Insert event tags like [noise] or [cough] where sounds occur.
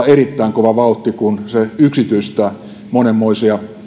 [unintelligible] erittäin kova vauhti kun se yksityistää monenmoisia